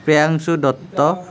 Priyanshu Dutta